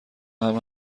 همه